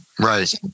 Right